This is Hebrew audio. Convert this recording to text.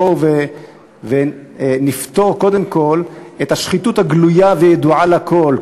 בואו ונפתור קודם כול את השחיתות הגלויה והידועה לכול.